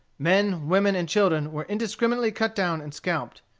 men, women, and children were indiscriminately cut down and scalped.